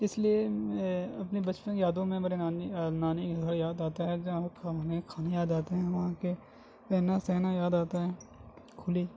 تو اس لیے میں اپنے بچپن یادوں میں مرے نانی نانی کا گھر یاد آتا ہے جہاں کھانے کھانے یاد آتے ہیں وہاں کے رہنا سہنا یاد آتا ہے کھلی